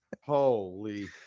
Holy